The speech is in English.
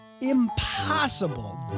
impossible